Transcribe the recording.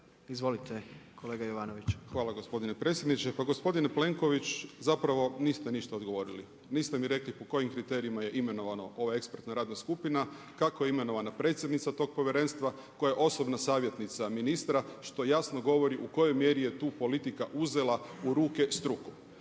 Željko (SDP)** Hvala gospodine predsjedniče. Pa gospodine Plenković zapravo niste ništa odgovorili. Niste mi rekli po kojim kriterijima je imenovana ova ekspertna radna skupna, kako je imenovana predsjednica tog povjerenstva koja je osobna savjetnica ministra što jasno govori u kojoj mjeri je tu politika uzela u ruke struku.